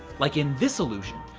like in this illusion,